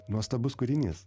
nuostabus kūrinys